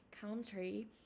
country